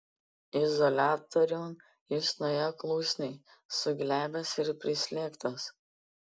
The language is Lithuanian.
izoliatoriun jis nuėjo klusniai suglebęs ir prislėgtas